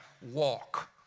walk